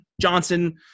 Johnson